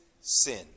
sin